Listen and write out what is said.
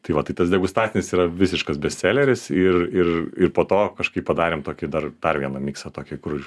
tai va tai tas degustacinis yra visiškas bestseleris ir ir ir po to kažkaip padarėm tokį dar dar vieną miksą tokį kur